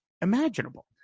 imaginable